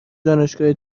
دانشگاه